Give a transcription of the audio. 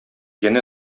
янә